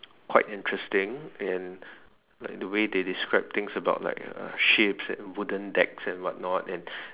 quite interesting and the way they describe the things like ships and wooden decks and what not and